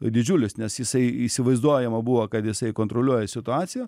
didžiulis nes jisai įsivaizduojama buvo kad jisai kontroliuoja situaciją